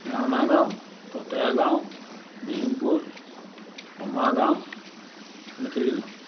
ৰাওনা গাওঁ ততয়া গাঁও বিহুপুৰ কমাৰ গাওঁ মেখেলি গাঁও